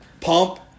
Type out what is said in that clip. pump